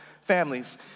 families